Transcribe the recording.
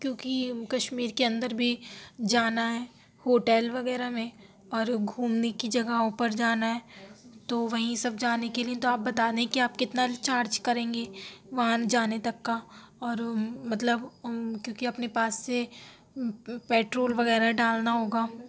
کیوں کہ کشمیر کے اندر بھی جانا ہے ہوٹل وغیرہ میں اور گھومنے کی جگہوں پر جانا ہے تو وہیں سب جانے کے لیے تو آپ بتا دیں کہ آپ کتنا چارج کریں گے وہاں جانے تک کا اور مطلب کیوںکہ اپنے پاس سے پیٹرول وغیرہ ڈالنا ہوگا